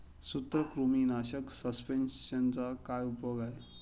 सूत्रकृमीनाशक सस्पेंशनचा काय उपयोग आहे?